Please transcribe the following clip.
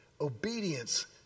Obedience